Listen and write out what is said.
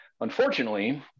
unfortunately